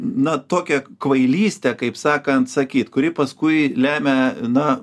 na tokia kvailyste kaip sakant sakyt kuri paskui lemia na